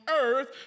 earth